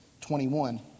21